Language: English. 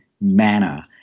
manner